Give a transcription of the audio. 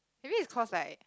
maybe is cause like